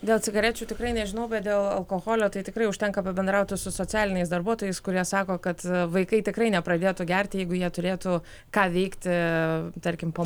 dėl cigarečių tikrai nežinau bet dėl alkoholio tai tikrai užtenka pabendrauti su socialiniais darbuotojais kurie sako kad vaikai tikrai nepradėtų gerti jeigu jie turėtų ką veikti tarkim po